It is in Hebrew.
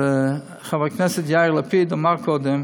חבר הכנסת יאיר לפיד אמר קודם: